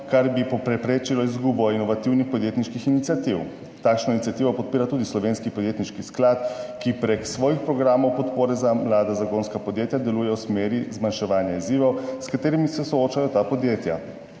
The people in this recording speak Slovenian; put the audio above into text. kar bi preprečilo izgubo inovativnih podjetniških iniciativ. Takšno iniciativo podpira tudi Slovenski podjetniški sklad, ki prek svojih programov podpore za mlada zagonska podjetja deluje v smeri zmanjševanja izzivov, s katerimi se soočajo ta podjetja.